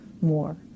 more